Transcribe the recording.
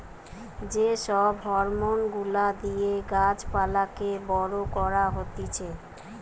যে সব হরমোন গুলা দিয়ে গাছ পালাকে বড় করা হতিছে